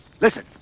listen